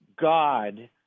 God